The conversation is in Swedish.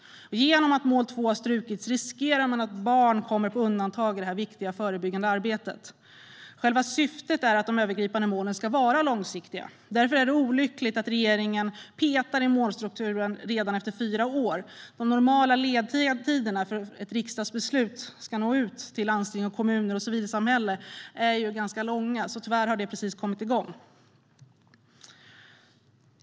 Genom att mål 2 har strukits riskerar man att barn kommer på undantag i det viktiga förebyggande arbetet. Själva syftet är att de övergripande målen ska vara långsiktiga. Därför är det olyckligt att regeringen petar i målstrukturen redan efter fyra år. De normala ledtiderna för att ett riksdagsbeslut ska nå ut till landsting och kommuner och civilsamhället är ganska långa, så detta har tyvärr precis kommit igång.